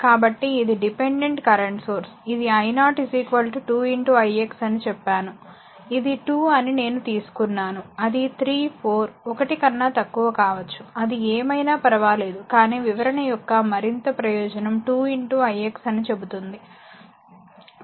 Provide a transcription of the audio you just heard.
కాబట్టి ఇది dependent current source ఇది i0 2 i xఅని చెప్పాను ఇది 2 అని నేను తీసుకున్నాను అది 3 4 1 కన్నా తక్కువ కావచ్చు అది ఏమైనా పర్వాలేదు కానీ వివరణ యొక్క మరింత ప్రయోజనం 2 i xఅని చెబుతుంది